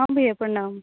हँ भैया प्रणाम